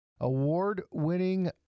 award-winning